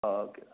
okay